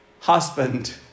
husband